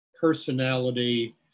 personality